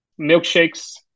Milkshakes